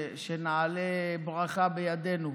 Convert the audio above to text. שנעלה ברכה בידינו,